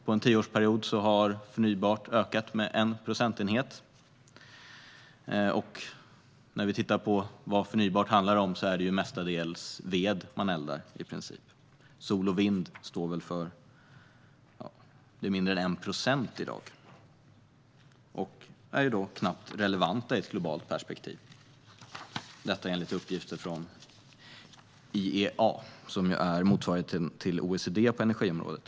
På tio år har förnybart ökat med 1 procentenhet. Förnybart handlar mestadels om att man eldar ved. Sol och vind står för mindre än 1 procent i dag och är knappt relevanta i ett globalt perspektiv, enligt uppgifter från IEA, som är motsvarigheten till OECD på energiområdet.